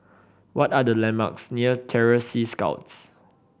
what are the landmarks near Terror Sea Scouts